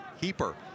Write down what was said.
Keeper